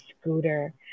scooter